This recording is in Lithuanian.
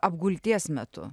apgulties metu